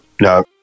no